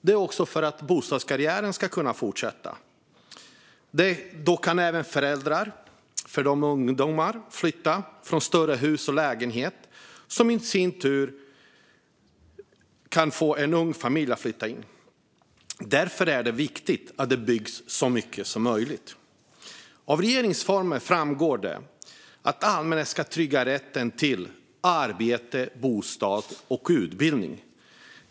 Det är också för att bostadskarriären ska kunna fortsätta. Då kan även ungdomarnas föräldrar flytta från större hus och lägenheter, där i sin tur en ung familj kan flytta in. Därför är det viktigt att det byggs så mycket så möjligt. Av regeringsformen framgår att det allmänna ska trygga rätten till arbete, bostad och utbildning.